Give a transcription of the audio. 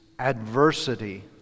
adversity